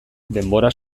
denbora